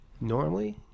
normally